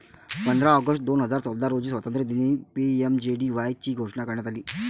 पंधरा ऑगस्ट दोन हजार चौदा रोजी स्वातंत्र्यदिनी पी.एम.जे.डी.वाय ची घोषणा करण्यात आली